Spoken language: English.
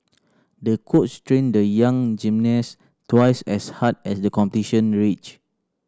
the coach trained the young gymnast twice as hard as the competition reach